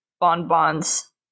bonbons